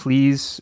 Please